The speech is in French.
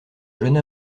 jeune